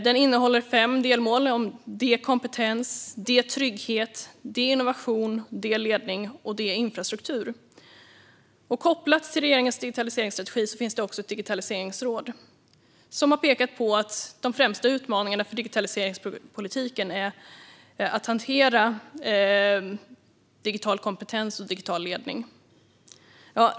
Den innehåller fem delmål om D-kompetens, D-trygghet, D-innovation, D-ledning och D-infrastruktur. Kopplat till regeringens digitaliseringsstrategi finns också ett digitaliseringsråd som har pekat på att de främsta utmaningarna för digitaliseringspolitiken är att hantera digital kompetens och digital ledning.